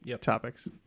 topics